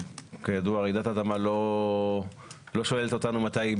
כידוע רעידת אדמה לא שואלת אותנו מתי היא